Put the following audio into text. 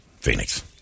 Phoenix